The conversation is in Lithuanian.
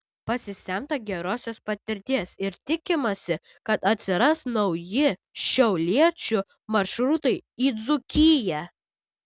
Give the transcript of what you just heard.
pasisemta gerosios patirties ir tikimasi kad atsiras nauji šiauliečių maršrutai į dzūkiją